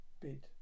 bid